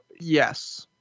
Yes